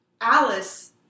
alice